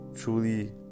truly